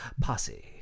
posse